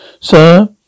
Sir